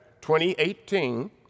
2018